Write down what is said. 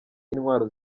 intwaro